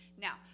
Now